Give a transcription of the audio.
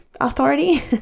authority